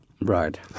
Right